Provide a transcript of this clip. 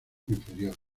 inferior